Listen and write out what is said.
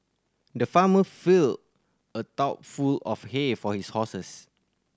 the farmer filled a trough full of hay for his horses